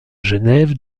genève